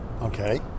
Okay